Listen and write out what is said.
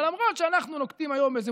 אבל למרות שאנחנו נוקטים היום איזה